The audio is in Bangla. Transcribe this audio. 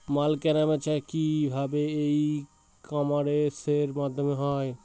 মাল কেনাবেচা কি ভাবে ই কমার্সের মাধ্যমে হয়?